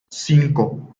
cinco